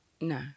No